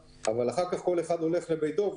אחרי החתונה כל אחד הולך לביתו,